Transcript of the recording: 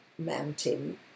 mountain